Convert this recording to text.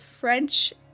French